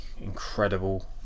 incredible